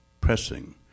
pressing